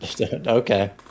Okay